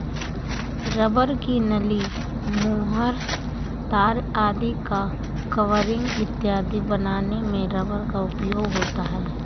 rubber की नली, मुहर, तार आदि का कवरिंग इत्यादि बनाने में रबर का उपयोग होता है